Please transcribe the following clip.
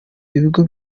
ibigo